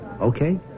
Okay